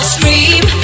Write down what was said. Scream